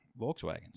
Volkswagens